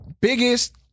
biggest